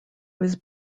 was